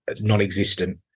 non-existent